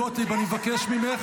חברת הכנסת גוטליב, אני מבקש ממך,